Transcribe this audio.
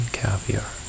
caviar